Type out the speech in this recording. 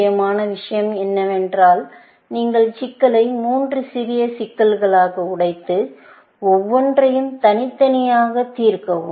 முக்கியமான விஷயம் என்னவென்றால் நீங்கள் சிக்கலை மூன்று சிறிய சிக்கல்களாக உடைத்து ஒவ்வொன்றையும் தனித்தனியாக தீர்க்கவும்